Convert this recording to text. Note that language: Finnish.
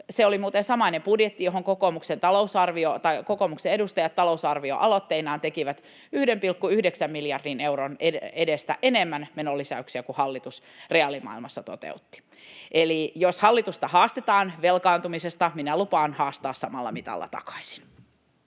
Se oli muuten samainen budjetti, johon kokoomuksen edustajat talousarvioaloitteinaan tekivät 1,9 miljardin euron edestä enemmän menolisäyksiä kuin hallitus reaalimaailmassa toteutti. Eli jos hallitusta haastetaan velkaantumisesta, minä lupaan haastaa samalla mitalla takaisin.